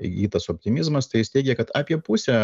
įgytas optimizmas tai jis teigia kad apie pusę